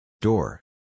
Door